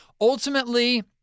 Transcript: ultimately